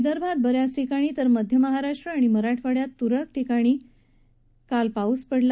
विदर्भात बऱ्याच ठिकाणी तर मध्य महाराष्ट्र आणि मराठवाड्यात तुरळक ठिकाणी काल पाऊस पडला